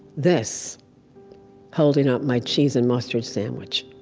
this holding up my cheese and mustard sandwich.